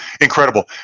incredible